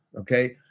okay